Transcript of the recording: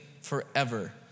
forever